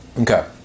Okay